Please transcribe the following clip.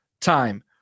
time